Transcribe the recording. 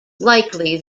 likely